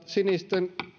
sinisten